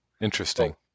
Interesting